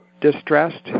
distressed